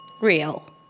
Real